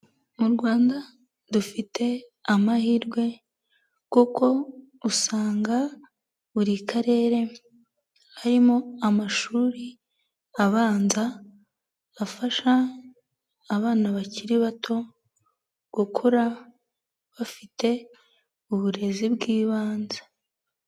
Mu Rwanda dufite amahirwe kuko usanga buri karere harimo amashuri abanza, afasha abana bakiri bato gukura bafite uburezi bw'ibanze.